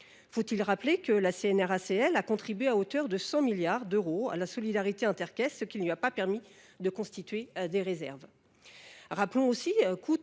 Faut il rappeler que la CNRACL a contribué à hauteur de 100 milliards d’euros à la solidarité intercaisses, ce qui ne lui a pas permis de constituer des réserves